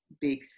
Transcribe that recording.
big